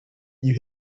you